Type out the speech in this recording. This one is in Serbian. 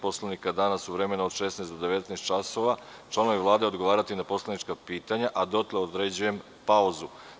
Poslovnika, danas u vremenu od 16.00 do 19.00 časova, da će članovi Vlade odgovarati na poslanička pitanja, a dotle određujem pauzu.